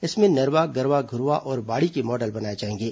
इसमें नरवा गरूवा घुरूवा और बाड़ी के मॉडल बनाए जाएंगे